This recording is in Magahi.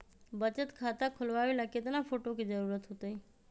बचत खाता खोलबाबे ला केतना फोटो के जरूरत होतई?